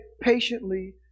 patiently